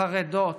החרדות